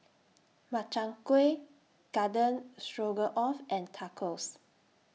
Makchang Gui Garden Stroganoff and Tacos